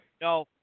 no